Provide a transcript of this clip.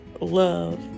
love